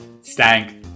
stank